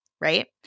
right